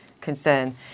concern